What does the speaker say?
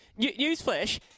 newsflash